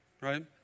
right